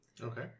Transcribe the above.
Okay